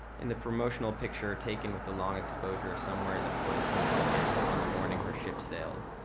in the promotional picture taken with the long exposure somewhere in the port of hoboken on the morning her ship sailed,